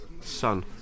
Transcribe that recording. Son